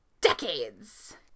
decades